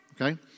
okay